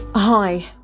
Hi